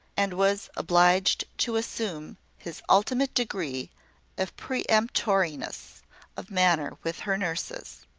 and was obliged to assume his ultimate degree of peremptoriness of manner with her nurses.